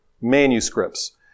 manuscripts